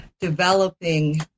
developing